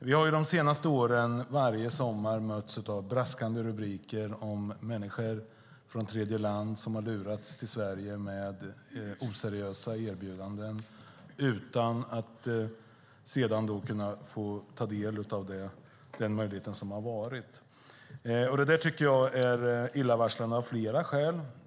Vi har de senaste åren varje sommar mötts av braskande rubriker om människor från tredjeland som har lurats till Sverige med oseriösa erbjudanden utan att sedan kunna få ta del av den möjlighet som har varit. Det där tycker jag är illavarslande av flera skäl.